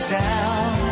down